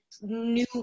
new